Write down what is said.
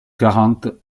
quarante